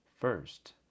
first